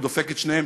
הוא דופק את שניהם